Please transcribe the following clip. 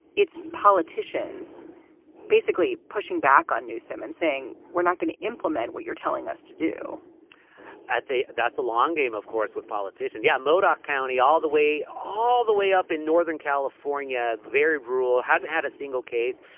it's politicians basically pushing back on newsome and saying we're not going to implement what you're telling us to do at they that's a long game, of course, with politicians. yeah. modoc county all the way all the way up in northern california. very rural. hasn't had a single case.